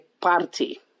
party